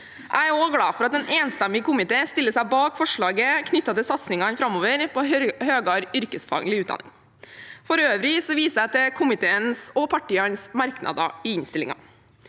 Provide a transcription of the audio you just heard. Jeg er også glad for at en enstemmig komité stiller seg bak forslaget knyttet til satsingene framover på høyere yrkesfaglig utdanning. For øvrig viser jeg til komiteens og partienes merknader i innstillingen.